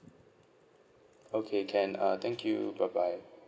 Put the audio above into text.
okay can uh thank you bye bye